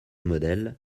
modèle